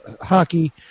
hockey